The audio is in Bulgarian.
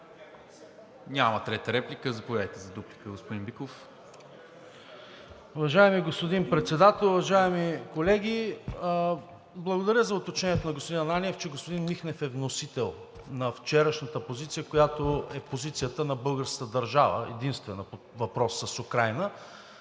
ли трета реплика? Няма. Заповядайте за дуплика, господин Биков. ТОМА БИКОВ (ГЕРБ-СДС): Уважаеми господин Председател, уважаеми колеги! Благодаря за уточнението на господин Ананиев, че господин Михнев е вносител на вчерашната позиция, която е позицията на българската държава – единствена по въпроса с Украйна,